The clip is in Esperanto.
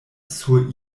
sur